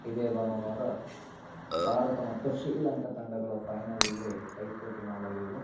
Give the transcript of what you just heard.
ಇದೇ ಭಾನುವಾರ ಭಾರತ ಮತ್ತು ಶ್ರೀಲಂಕಾ ತಂಡಗಳು ಫೈನಲಲ್ಲಿ ಪೈಪೋಟಿ ಮಾಡಲಿವೆ